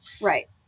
Right